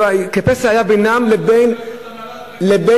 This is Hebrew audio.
כפסע היה בינם לבין אסונות,